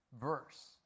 verse